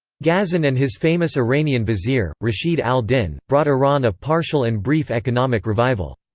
ghazan and his famous iranian vizier, rashid al-din, brought iran a partial and brief economic revival.